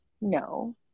no